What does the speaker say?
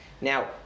now